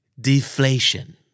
Deflation